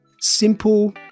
simple